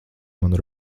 manu